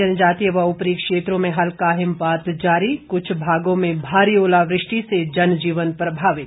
जनजातीय व ऊपरी क्षेत्रों में हल्का हिमपात जारी कुछ भागों में भारी ओलावृष्टि से जनजीवन प्रभावित